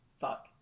fuck